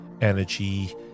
energy